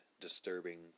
disturbing